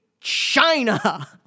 China